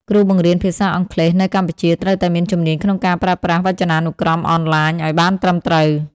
គ្រូបង្រៀនភាសាអង់គ្លេសនៅកម្ពុជាត្រូវតែមានជំនាញក្នុងការប្រើប្រាស់វចនានុក្រមអនឡាញឱ្យបានត្រឹមត្រូវ។